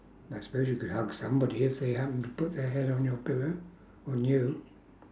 I suppose you could hug somebody if they happened to put their head on their pillow on you